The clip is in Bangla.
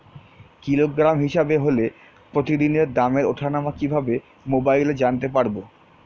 কিলোগ্রাম হিসাবে হলে প্রতিদিনের দামের ওঠানামা কিভাবে মোবাইলে জানতে পারবো?